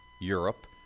Europe